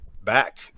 back